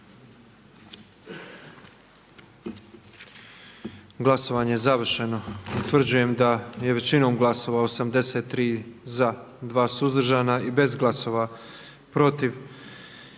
Glasovanje je završeno. Utvrđujem da smo većinom glasova 122 glasova za, 1 suzdržana i bez glasova protiv